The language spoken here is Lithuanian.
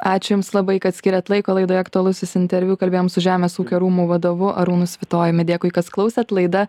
ačiū jums labai kad skyrėt laiko laidoje aktualusis interviu kalbėjom su žemės ūkio rūmų vadovu arūnu svitojumi dėkui kas klausėt laida